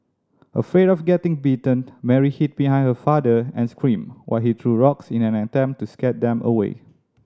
afraid of getting bitten Mary hid behind her father and screamed while he threw rocks in an attempt to scare them away